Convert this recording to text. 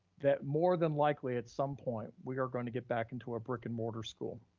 that more than likely at some point, we are gonna get back into a brick and mortar school.